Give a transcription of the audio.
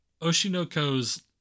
Oshinoko's